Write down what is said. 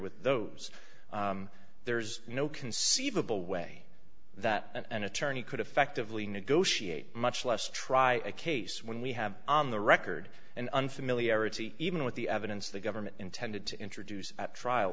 with those there's no conceivable way that an attorney could effectively negotiate much less try a case when we have on the record and unfamiliarity even with the evidence the government intended to introduce at trial